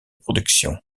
production